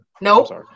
Nope